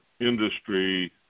industry